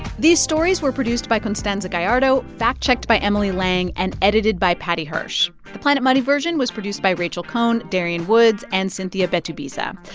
these stories were produced by constanza gallardo, fact-checked by emily lang and edited by paddy hirsch. the planet money version was produced by rachel cohn, darian woods and cynthia betubiza.